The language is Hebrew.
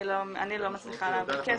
אני לא מצליחה להבין.